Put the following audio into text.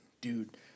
Dude